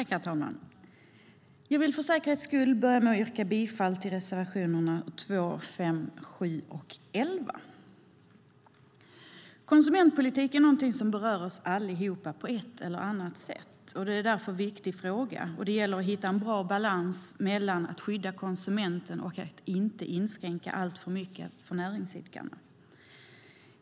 Herr talman! Jag vill börja med att yrka bifall till reservationerna 2, 5, 7 och 11. Konsumentpolitik är något som berör oss alla på ett eller annat sätt och är därför en viktig fråga. Det gäller att hitta en bra balans mellan att skydda konsumenten och att inte inskränka alltför mycket på näringsidkarnas utrymme.